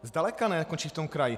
Zdaleka nekončí v tom kraji.